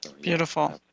Beautiful